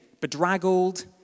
bedraggled